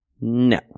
No